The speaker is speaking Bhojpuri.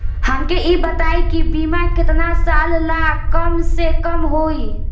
हमके ई बताई कि बीमा केतना साल ला कम से कम होई?